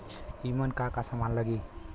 ईमन का का समान लगी?